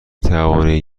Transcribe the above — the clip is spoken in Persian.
توانید